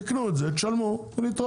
קנו את זה, שלמו - להתראות.